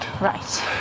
Right